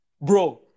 Bro